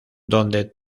dónde